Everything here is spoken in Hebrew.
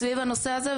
סביב הנושא הזה.